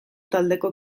taldeko